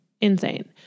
Insane